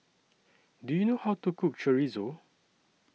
Do YOU know How to Cook Chorizo